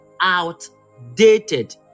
outdated